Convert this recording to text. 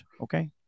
okay